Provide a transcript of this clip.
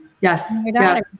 Yes